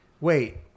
wait